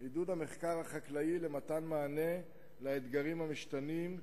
עידוד המחקר החקלאי למתן מענה לאתגרים המשתנים,